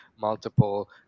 multiple